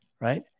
right